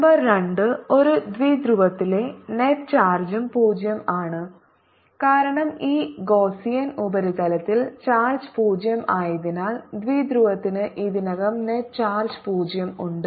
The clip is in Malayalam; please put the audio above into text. നമ്പർ 2 ഒരു ദ്വിധ്രുവത്തിലെ നെറ്റ് ചാർജും 0 ആണ് കാരണം ഈ ഗ ഗോസ്സ്സിയൻ ഉപരിതലത്തിൽ ചാർജ്ജ് 0 ആയതിനാൽ ദ്വിധ്രുവത്തിന് ഇതിനകം നെറ്റ് ചാർജ് 0 ഉണ്ട്